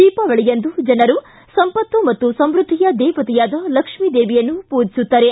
ದೀಪಾವಳಿಯಂದು ಜನರು ಸಂಪತ್ತು ಮತ್ತು ಸಮೃದ್ಧಿಯ ದೇವತೆಯಾದ ಲಕ್ಷ್ಮಿ ದೇವಿಯನ್ನು ಪೂಜಿಸುತ್ತಾರೆ